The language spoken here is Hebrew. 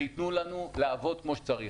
וייתנו לנו לעבוד כמו שצריך.